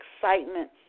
excitement